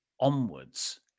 onwards